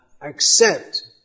accept